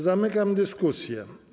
Zamykam dyskusję.